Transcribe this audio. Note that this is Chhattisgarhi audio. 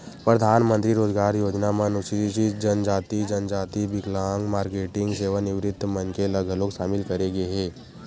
परधानमंतरी रोजगार योजना म अनुसूचित जनजाति, जनजाति, बिकलांग, मारकेटिंग, सेवानिवृत्त मनखे ल घलोक सामिल करे गे हे